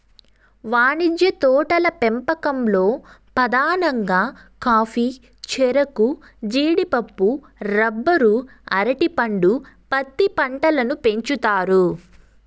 వాణిజ్య తోటల పెంపకంలో పధానంగా కాఫీ, చెరకు, జీడిపప్పు, రబ్బరు, అరటి పండు, పత్తి పంటలను పెంచుతారు